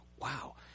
wow